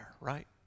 right